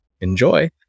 enjoy